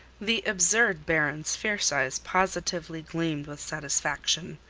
the absurd baron's fierce eyes positively gleamed with satisfaction.